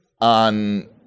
on